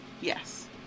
Yes